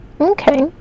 Okay